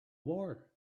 war